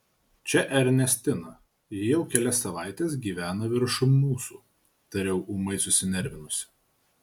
čia ernestina ji jau kelias savaites gyvena viršum mūsų tariau ūmai susinervinusi